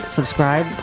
Subscribe